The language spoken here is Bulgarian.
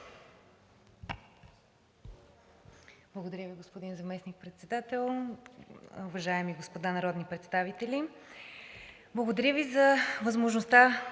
Благодаря Ви, господин Заместник-председател. Уважаеми господа народни представители, благодаря Ви за възможността